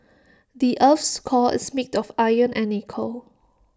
the Earth's core is made of iron and nickel